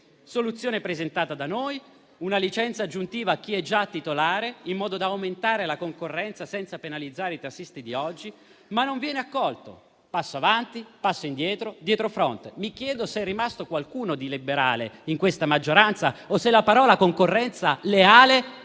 Soluzione presentata da noi: una licenza aggiuntiva a chi è già titolare, in modo da aumentare la concorrenza, senza penalizzare i tassisti di oggi, ma ciò non viene accolto. Passo avanti, passo indietro, dietrofront: mi chiedo se è rimasto qualcuno di liberale in questa maggioranza o se le parole «concorrenza leale»